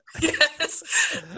Yes